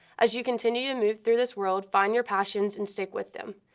as you continue to move through this world find your passions and stick with them.